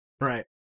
Right